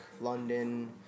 London